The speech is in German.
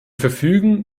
verfügen